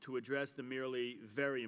to address the merely very